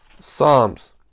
Psalms